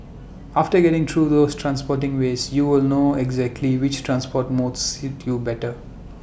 after getting through those transporting ways you will know exactly which transport modes suit you better